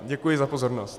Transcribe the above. Děkuji za pozornost.